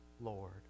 Lord